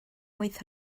wyth